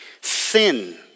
Sin